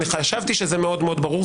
אני חשבתי שזה מאוד מאוד ברור,